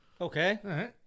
Okay